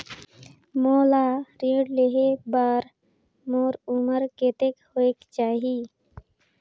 मोला ऋण लेहे बार मोर उमर कतेक होवेक चाही?